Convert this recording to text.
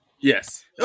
Yes